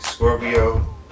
Scorpio